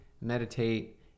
meditate